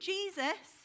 Jesus